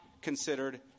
considered